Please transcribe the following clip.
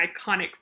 iconic